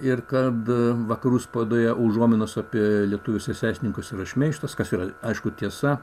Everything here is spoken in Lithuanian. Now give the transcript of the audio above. ir kad vakarų spaudoje užuominos apie lietuvius esesininkus šmeižtas kas yra aišku tiesa